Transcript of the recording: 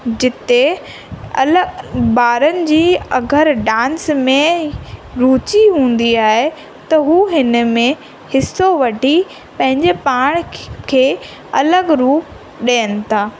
जिते अलॻि ॿारनि जी अगरि डांस में रुचि हूंदी आहे त हू हिन में हिसो वठी पंहिंजे पाण खे अलॻि रूप ॾियनि था